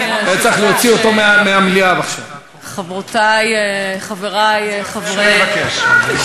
ח"כים חברי בל"ד,